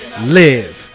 live